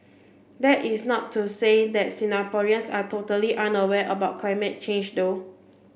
that is not to say that Singaporeans are totally unaware about climate change though